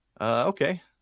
Okay